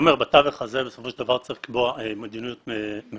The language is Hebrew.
בתווך הזה בסופו של דבר צריך לקבוע מדיניות מאוזנת.